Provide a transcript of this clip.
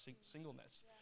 singleness